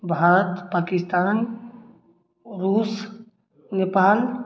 भारत पाकिस्तान रूस नेपाल